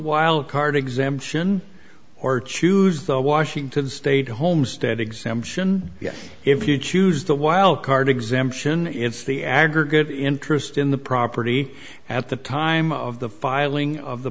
wildcard exemption or choose the washington state homestead exemption if you choose the wildcard exemption it's the aggregate interest in the property at the time of the filing of the